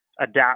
adapt